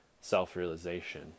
self-realization